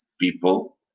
people